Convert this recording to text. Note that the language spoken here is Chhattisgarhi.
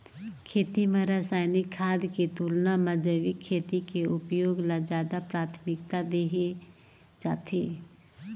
खेती म रसायनिक खाद के तुलना म जैविक खेती के उपयोग ल ज्यादा प्राथमिकता देहे जाथे